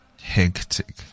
Hectic